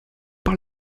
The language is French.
par